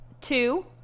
two